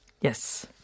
Yes